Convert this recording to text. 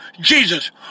Jesus